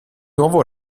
nuovo